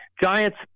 Giants